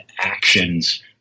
actions